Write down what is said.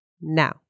now